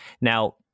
Now